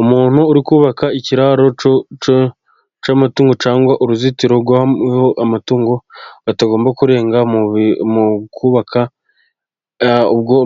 Umuntu uri kubaka ikiraro cy'amatungo cyangwa uruzitiro rw'aho amatungo atagomba kurenga, mu kubabaka